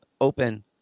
open